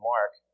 Mark